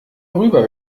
rüber